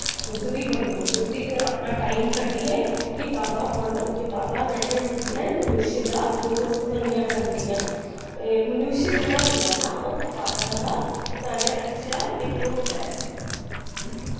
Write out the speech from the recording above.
तुस बी बंडो तुस बी अपना टाइम कड्डियै कताबां पढ़ो कताबां जेह्ड़ियां होंदियां मनुष्य दा दोस्त मन्निया जांदियां ते मनुष्य जेह्ड़ा होंदा ना ओह् कताबां दा सारे अच्छा मित्र होंदा ऐ